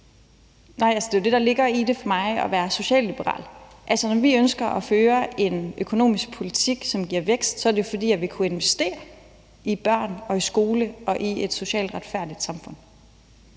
Rod (RV): Det er jo det, der ligger i det for mig, nemlig i at være socialliberal. Når vi ønsker at føre en økonomisk politik, som giver vækst, er det, fordi vi vil kunne investere i børn, i skole og i et socialt retfærdigt samfund.